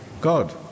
God